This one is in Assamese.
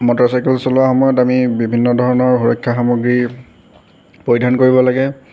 মটৰচাইকেল চলোৱা সময়ত আমি বিভিন্ন ধৰণৰ সুৰক্ষা সামগ্ৰী পৰিধান কৰিব লাগে